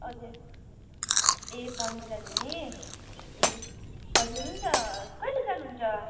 हजुर ए पन्बू जानुहुने ए हजुर हुन्छ कहिले जानुहुन्छ